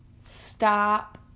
Stop